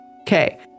Okay